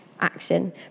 action